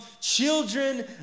children